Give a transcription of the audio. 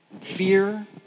fear